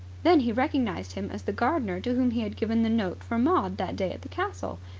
then he recognized him as the gardener to whom he had given the note for maud that day at the castle.